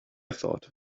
thought